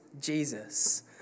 Jesus